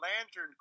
Lantern